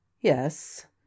yes